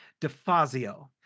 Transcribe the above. Defazio